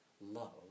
love